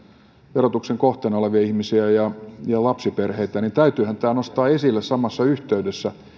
verotuksen kohteena olevia ihmisiä ja ja lapsiperheitä täytyyhän tämä nostaa esille samassa yhteydessä